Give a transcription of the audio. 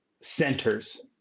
centers